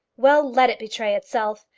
well, let it betray itself!